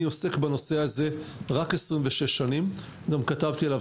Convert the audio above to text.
אני עוסק בנושא הזה רק 26 שנים וגם כתבתי עליו